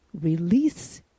release